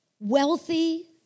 Wealthy